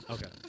Okay